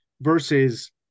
versus